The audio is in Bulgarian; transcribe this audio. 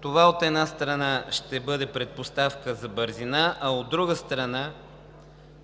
Това, от една страна, ще бъде предпоставка за бързина, а от друга страна,